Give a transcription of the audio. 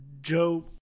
Joe